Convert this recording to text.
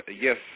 yes